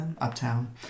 uptown